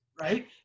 right